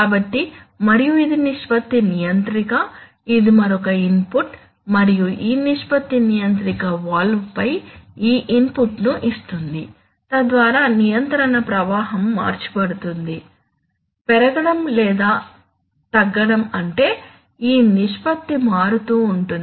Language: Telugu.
కాబట్టి మరియు ఇది నిష్పత్తి నియంత్రిక ఇది మరొక ఇన్పుట్ మరియు ఈ నిష్పత్తి నియంత్రిక వాల్వ్ పై ఈ ఇన్పుట్ను ఇస్తుంది తద్వారా నియంత్రణ ప్రవాహం మార్చబడుతుంది పెరగడం లేదా తగ్గడం అంటే ఈ నిష్పత్తి మారుతూ ఉంటుంది